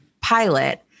pilot